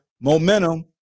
momentum